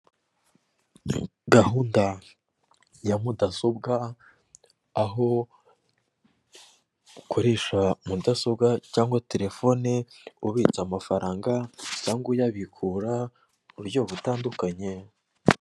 Gahunda ya mudasobwa, aho ukoresha mudasobwa cyangwa terefone ubitsa amafaranga cyangwa uyabikura mu buryo butandukanye.